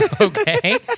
Okay